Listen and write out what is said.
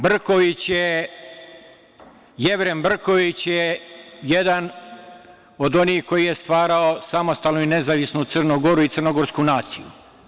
Jevrem Brković je jedan od onih koji je stvarao samostalnu i nezavisnu Crnu Goru i crnogorsku naciju.